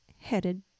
headed